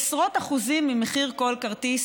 עשרות אחוזים ממחיר כל כרטיס